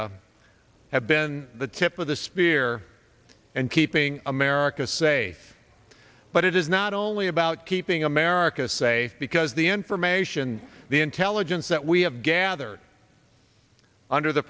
fire have been the tip of the spear and keeping america safe but it is not only about keeping america safe because the information the intelligence that we have gathered under the